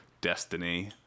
Destiny